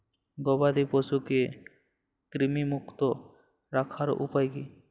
গবাদি পশুকে কৃমিমুক্ত রাখার উপায় কী?